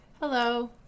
Hello